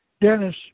Dennis